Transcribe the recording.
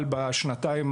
בשנתיים